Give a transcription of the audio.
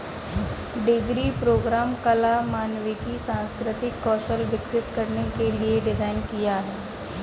degree programme कला, मानविकी, सांस्कृतिक कौशल विकसित करने के लिए डिज़ाइन किया है